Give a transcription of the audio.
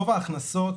גובה ההכנסות